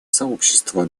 сообщества